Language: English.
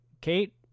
Kate